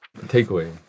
Takeaway